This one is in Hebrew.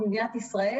במדינת ישראל